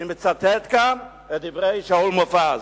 אני מצטט כאן את דברי שאול מופז.